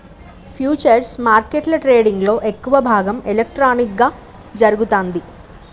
futures మార్కెట్ల ట్రేడింగ్లో ఎక్కువ భాగం ఎలక్ట్రానిక్గా జరుగుతాంది